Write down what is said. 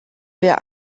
wer